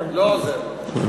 לא עוזר לו.